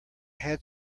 had